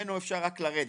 וממנו אפשר רק לרדת.